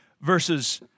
verses